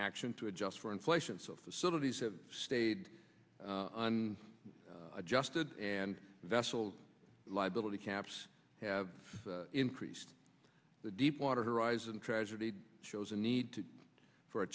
action to adjust for inflation so facilities have stayed on adjusted and vessels liability caps have increased the deepwater horizon tragedy shows a need for a